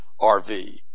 RV